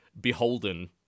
beholden